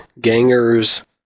gangers